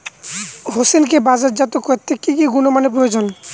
হোসেনকে বাজারজাত করতে কি কি গুণমানের প্রয়োজন?